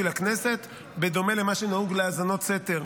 לכנסת בדומה למה שנהוג להאזנות סתר.